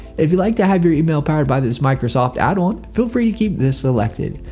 if you'd like to have your email powered by this microsoft addon feel free to keep this selected.